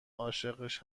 عاشقش